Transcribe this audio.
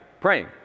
Praying